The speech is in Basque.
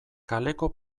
kaleko